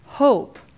hope